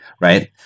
Right